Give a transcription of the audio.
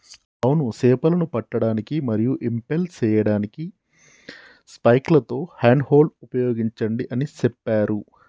అవును సేపలను పట్టడానికి మరియు ఇంపెల్ సేయడానికి స్పైక్లతో హ్యాండ్ హోల్డ్ ఉపయోగించండి అని సెప్పారు